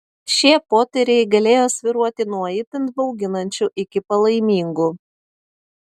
šie potyriai galėjo svyruoti nuo itin bauginančių iki palaimingų